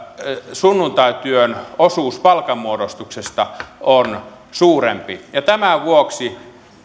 sunnuntaityön osuus palkanmuodostuksesta on suurempi ja tämän vuoksi